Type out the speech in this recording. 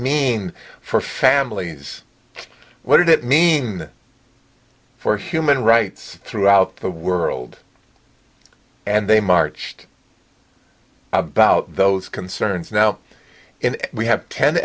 mean for families what did it mean for human rights throughout the world and they marched about those concerns now we have ten